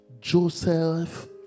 Joseph